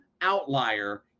outlier